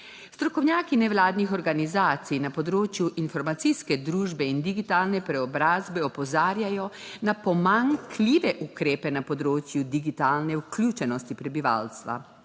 Strokovnjaki nevladnih organizacij na področju informacijske družbe in digitalne preobrazbe opozarjajo na pomanjkljive ukrepe na področju digitalne vključenosti prebivalstva.